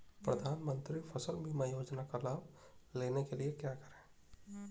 प्रधानमंत्री फसल बीमा योजना का लाभ लेने के लिए क्या करें?